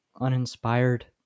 uninspired